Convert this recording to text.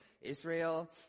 Israel